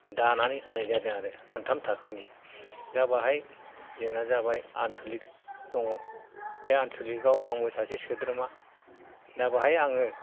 दानानै होनाय जादों आरो मोनथाम थाखोनि दा बेवहाय जोंहा जाबाय आनस'लिक दङ बे आनस'लिकआव आंबो सासे सोद्रोमा दा बेवहाय आङो